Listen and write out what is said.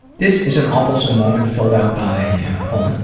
this is an awfulsome moment filled out by hold on,